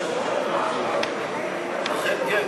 אכן כן.